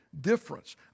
difference